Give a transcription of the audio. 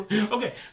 Okay